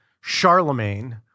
Charlemagne